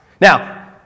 Now